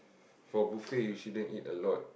for buffet you shouldn't eat a lot